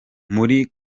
muri